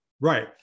right